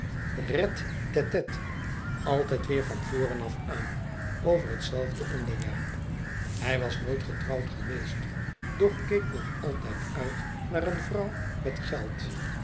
tettet altijd weer van voren af aan over hetzelfde onderwerp hij was nooit getrouwd geweest doch keek nog altijd uit naar een vrouw met geld